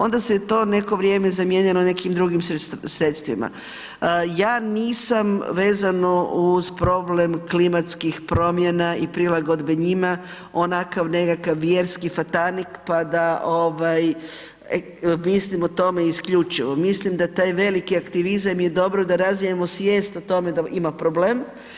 Onda se je to neko vrijeme zamijenilo nekim drugim sredstvima, ja nisam vezano uz problem klimatskih promjena i prilagodbe njima onakav nekakav vjerski fatanik, pa da ovaj mislimo o tome isključivo, mislim da taj veliki aktivizam je dobro da razvijemo svijest o tome da ima problem.